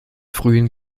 frühen